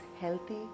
healthy